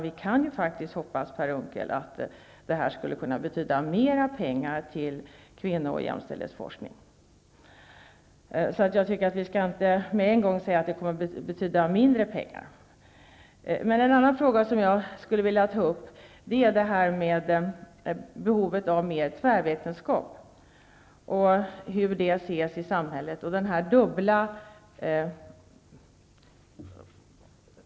Vi kan ju faktiskt hoppas, Per Unckel, att detta kan betyda mer pengar till kvinno och jämställdhetsforskning. Jag tycker inte att vi med en gång skall säga att det kommer att betyda mindre pengar. En annan fråga som jag vill ta upp är behovet av mer tvärvetenskap och hur man ser på det i samhället.